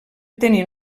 tenir